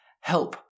help